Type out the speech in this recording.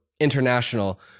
international